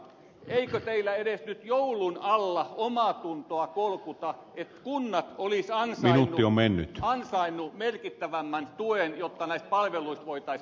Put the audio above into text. eikö teillä edes nyt joulun alla omaatuntoa kolkuta että kunnat olisivat ansainneet merkittävämmän tuen jotta näistä palveluista voitaisiin pitää kiinni